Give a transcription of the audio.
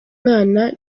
mwana